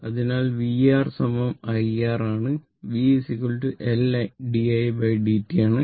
അതിനാൽ vR iR ആണ്VL Ldi dt ആണ്